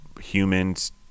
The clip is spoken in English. humans